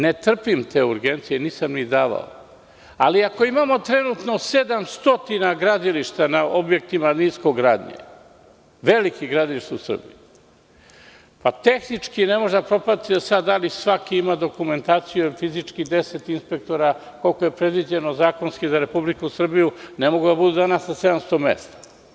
Ne trpim te urgencije i nisam ih ni davao, ali ako imamo trenutno 700 gradilišta na objektima niskogradnje, pa tehnički ne možemo da propratimo da li svaki ima dokumentaciju jer fizički deset inspektora, koliko je predviđeno zakonski za Republiku Srbiju, ne mogu da budu danas na 700 mesta.